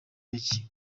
bake